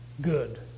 good